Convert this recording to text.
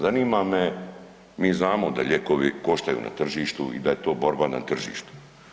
Zanima me, mi znamo da lijekovi koštaju na tržištu i da je to borba na tržištu.